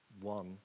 one